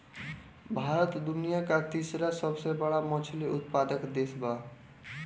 भारत दुनिया का तीसरा सबसे बड़ा मछली उत्पादक देश बा